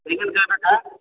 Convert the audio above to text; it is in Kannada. ತೆಂಗಿನ್ಕಾಯಿ ಬೇಕಾ